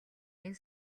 энэ